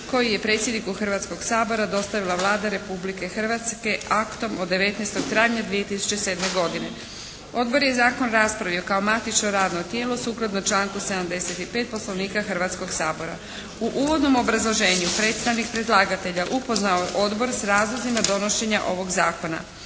koji je predsjedniku Hrvatskoga sabora dostavila Vlada Republike Hrvatske aktom od 19. travnja 2007. godine. Odbor je zakon raspravio kao matično radno tijelo sukladno članku 75. Poslovnika Hrvatskoga sabora. U uvodnom obrazloženju predstavnik predlagatelja upoznao je odbor s razlozima donošenja ovog zakona.